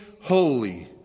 holy